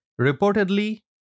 Reportedly